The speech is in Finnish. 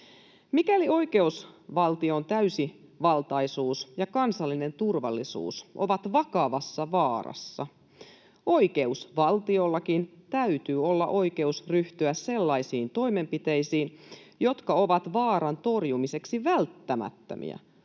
Mikäli oikeusvaltion täysivaltaisuus ja kansallinen turvallisuus ovat vakavassa vaarassa, oikeusvaltiollakin täytyy olla oikeus ryhtyä sellaisiin toimenpiteisiin, jotka ovat vaaran torjumiseksi välttämättömiä,